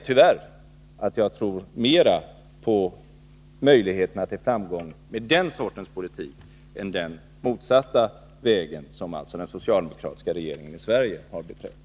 Tyvärr tror jag mer på möjligheterna till framgång med den sortens politik än om man går den motsatta vägen, som den socialdemokratiska regeringen i Sverige har beträtt.